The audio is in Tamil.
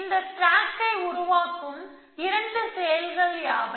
இந்த ஸ்டேக்கை உருவாக்கும் இரண்டு செயல்கள் யாவை